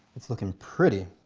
it's looking pretty!